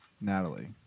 Natalie